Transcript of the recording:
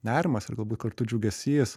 nerimas ir galbūt kartu džiugesys